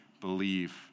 believe